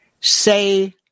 Say